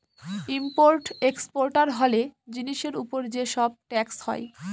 import exporter হলে জিনিসের উপর যে সব ট্যাক্স হয়